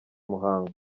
muhango